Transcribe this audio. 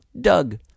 Doug